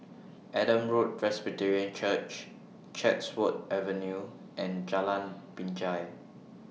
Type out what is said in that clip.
Adam Road Presbyterian Church Chatsworth Avenue and Jalan Binjai